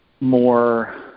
more